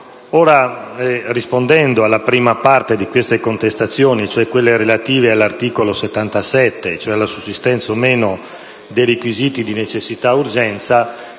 Rispondendo alla prima parte delle contestazioni, quelle relative all'articolo 77, ovvero alla sussistenza o no dei requisiti di necessità ed urgenza,